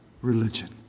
religion